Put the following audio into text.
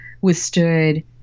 withstood